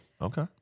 Okay